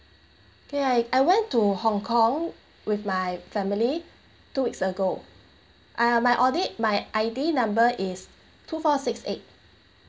ya I I went to hong kong with my family two weeks ago uh I_D my I_D number is two four six eight